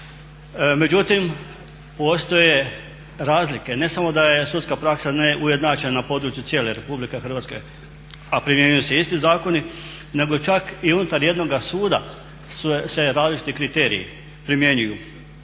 Međutim, postoje razlike, ne samo da je sudska praksa neujednačena na području cijele Republike Hrvatske a primjenjuju se isti zakoni nego čak i unutar jednoga suda se različiti kriteriji primjenjuju.